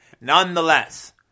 Nonetheless